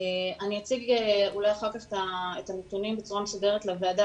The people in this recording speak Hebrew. אני אציג אולי אחר כך את הנתונים בצורה מסודרת לוועדה,